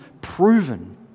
proven